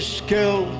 skill